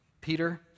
Peter